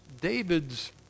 David's